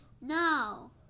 No